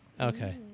Okay